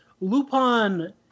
Lupin